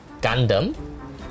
Gundam